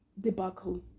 debacle